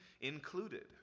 included